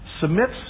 submits